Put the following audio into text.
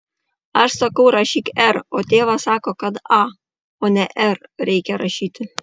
aš sakau rašyk r o tėvas sako kad a o ne r reikia rašyti